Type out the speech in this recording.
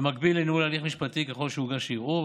במקביל לניהול הליך משפטי, ככל שהוגש ערעור.